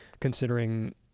considering